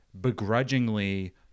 begrudgingly